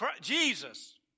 Jesus